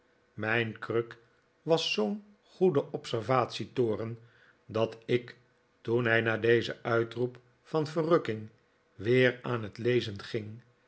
mijn kruk was zoo'n goede observatietoren dat ik toen hij na dezen uitroep van verrukking weer aan het lezen ging